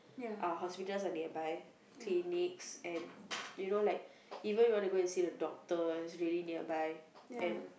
uh hospitals are nearby clinics and you know like even when you want to go see the doctor it's really nearby and